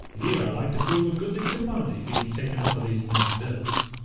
we are like to prove a goodly commodity, being taken up of these men's bills.